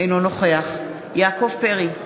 אינו נוכח יעקב פרי,